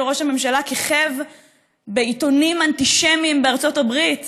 ראש הממשלה כיכב בעיתונים אנטישמיים בארצות הברית